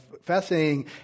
fascinating